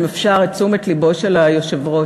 אם אפשר את תשומת לבו של היושב-ראש.